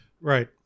Right